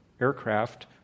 aircraft